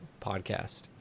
podcast